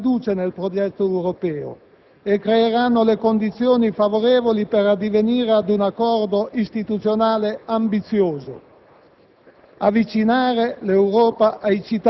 I risultati concreti faranno aumentare la fiducia nel progetto europeo e creeranno le condizioni favorevoli per addivenire ad un accordo istituzionale ambizioso: